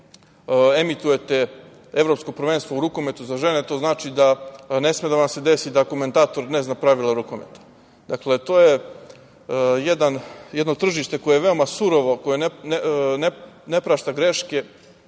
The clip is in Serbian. ako emitujete evropsko prvenstvo u rukometu za žene, ne sme da vam se desi da komentator ne zna pravila rukometa. Dakle, to je jedno tržište koje je veoma surovo, koje ne prašta greške